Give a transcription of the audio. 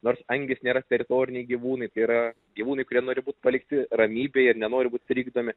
nors angys nėra teritoriniai gyvūnai tai yra gyvūnai kurie nori būt palikti ramybėje ir nenori būt trikdomi